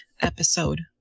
episode